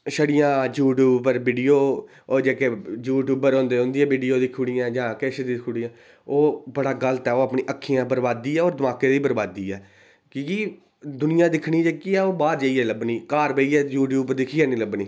एह् छड़ियां यूट्यूब पर वीडियो ओह् जेह्के यूट्यूबर होंदे उंदी वीडियो दिक्खदे जां किश दिक्खदे ओह् बड़ा गलत ऐ ओह् अपनी अक्खें दी बरबादी ऐ ओह् अपने दमाकै दी बरबादी ऐ की के दुनिया जेह्की दिक्खनी ऐ ओह् बार जाइयै लब्भनी घर बेहियै जां यूट्यूब दिक्खियै निं लब्भनी